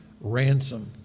ransom